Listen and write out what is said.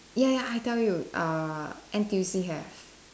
ya ya I tell you err N_T_U_C have